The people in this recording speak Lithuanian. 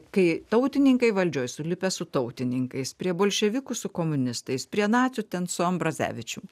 kai tautininkai valdžioj sulipę su tautininkais prie bolševikų su komunistais prie nacių ten su ambrazevičium